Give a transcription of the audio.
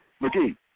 McGee